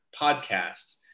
podcast